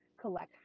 collect